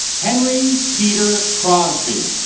henry peter crosby.